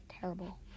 terrible